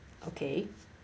okay